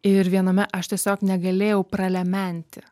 ir viename aš tiesiog negalėjau pralementi